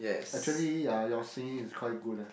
actually ah your singing is quite good eh